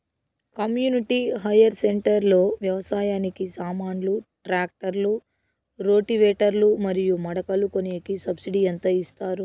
community hire centre లో వ్యవసాయానికి సామాన్లు ట్రాక్టర్లు రోటివేటర్ లు మరియు మడకలు కొనేకి సబ్సిడి ఎంత ఇస్తారు